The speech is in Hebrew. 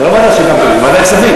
ועדת הכלכלה.